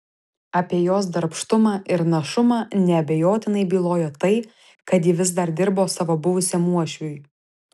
apie jos darbštumą ir našumą neabejotinai bylojo tai kad ji vis dar dirbo savo buvusiam uošviui